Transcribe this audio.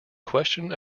question